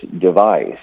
device